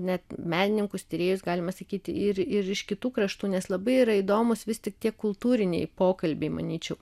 net menininkus tyrėjus galima sakyti ir ir iš kitų kraštų nes labai yra įdomūs vis tik tie kultūriniai pokalbiai manyčiau